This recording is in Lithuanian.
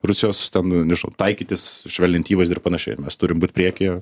rusijos ten nežinau taikytis švelnint įvaizdį ir panašiai mes turim būt priekyje